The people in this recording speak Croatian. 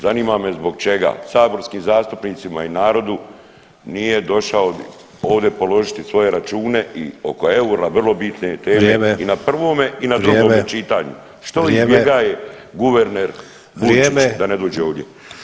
Zanima me zbog čega saborskim zastupnicima i narodu nije došao ovdje položiti svoje račune oko eura vrlo bitne teme i na prvome i na drugome čitanju, što izbjegaje guverner Vujčić da ne dođe ovdje.